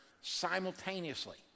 simultaneously